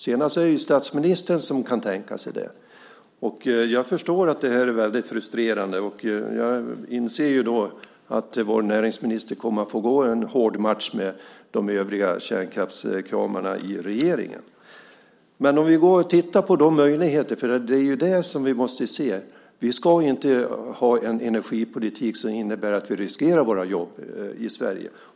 Senast är det statsministern som kan tänka sig det. Jag förstår att det här är väldigt frustrerande. Jag inser att vår näringsminister kommer att få gå en hård match med de övriga kärnkraftskramarna i regeringen. Men det är möjligheterna vi måste se. Vi ska inte ha en energipolitik som innebär att vi riskerar våra jobb i Sverige.